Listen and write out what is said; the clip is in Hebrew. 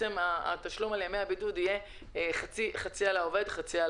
התשלום על ימי הבידוד יהיה חצי על המדינה וחצי על